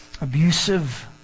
abusive